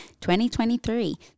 2023